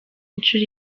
inshuro